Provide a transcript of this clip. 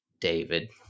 David